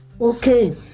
Okay